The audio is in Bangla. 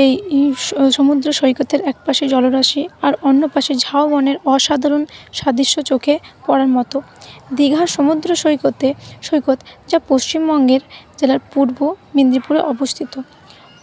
এই সমুদ্রসৈকতের এক পাশে জলরাশি আর অন্য পাশে ঝাউবনের অসাধারণ সাদৃশ্য চোখে পড়ার মতো দীঘার সমুদ্র সৈকতে সৈকত যা পশ্চিমবঙ্গের জেলার পূর্ব মেদিনীপুরে অবস্থিত